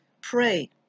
Pray